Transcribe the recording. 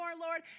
Lord